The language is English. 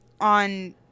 on